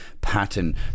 pattern